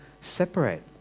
separate